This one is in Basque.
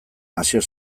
asier